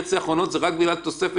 חוק הפייסבוק המפורסם שאולי עוד יקרה בו נס,